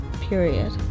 period